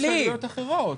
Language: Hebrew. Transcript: יש אפשרויות אחרות.